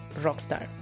Rockstar